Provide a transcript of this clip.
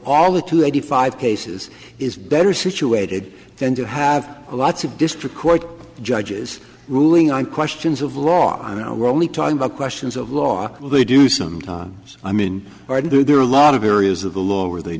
all the two eighty five cases is better situated then to have a lots of district court judges ruling on questions of law you know we're only talking about questions of law will they do sometimes i mean are there a lot of areas of the law where they